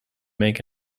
make